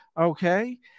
Okay